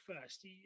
first